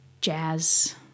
jazz